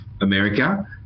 America